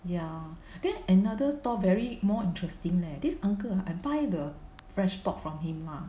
ya then another stall very more interesting leh this uncle I buy the fresh pork from him mah